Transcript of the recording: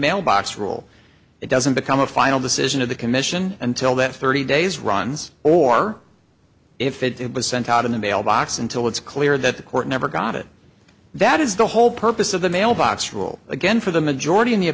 mailbox rule it doesn't become a final decision of the commission until that thirty days runs or if it was sent out in the mail box until it's clear that the court never got it that is the whole purpose of the mailbox rule again for the majority in the